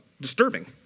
disturbing